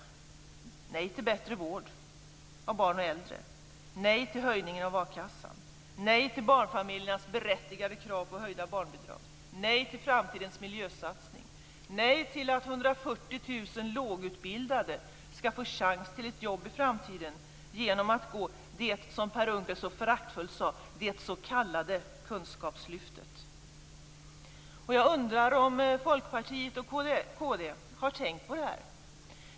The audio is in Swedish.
De säger nej till bättre vård av barn och äldre, nej till höjningen av a-kassan, nej till barnfamiljernas berättigade krav på höjda barnbidrag. De säger nej till framtidens miljösatsning, nej till att 140 000 lågutbildade skall få chans till ett jobb i framtiden genom att få del av det som Per Unckel så föraktfullt talar om som "det s.k. kunskapslyftet". Jag undrar om Folkpartiet och kd har tänkt på det här.